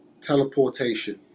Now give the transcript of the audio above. teleportation